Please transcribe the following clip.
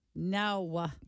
No